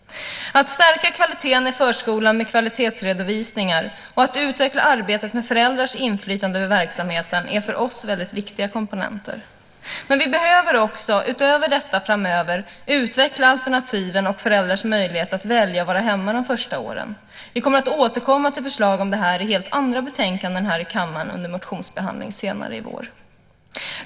Att stärka kvaliteten i förskolan med kvalitetsredovisningar och att utveckla arbetet med föräldrars inflytande över verksamheten är för oss väldigt viktiga komponenter. Men vi behöver också, utöver detta, framöver utveckla alternativen och föräldrarnas möjligheter att välja att vara hemma de första åren. Vi kommer att återkomma till förslag om det här i helt andra betänkanden här i kammaren under motionsbehandlingen senare, i vår.